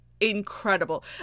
incredible